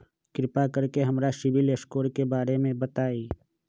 कृपा कर के हमरा सिबिल स्कोर के बारे में बताई?